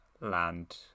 land